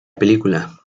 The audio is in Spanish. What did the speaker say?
película